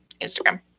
Instagram